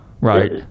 Right